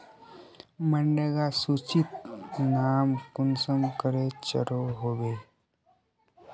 मनरेगा सूचित नाम कुंसम करे चढ़ो होबे?